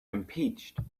impeached